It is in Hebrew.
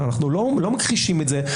אנחנו לא מכחישים את זה שנעשתה טעות.